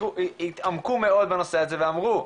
התעמקו מאוד בנושא הזה ואמרו,